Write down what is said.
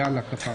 יאללה, כפרה.